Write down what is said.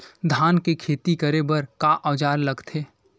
धान के खेती करे बर का औजार लगथे?